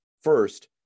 first